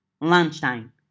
Lunchtime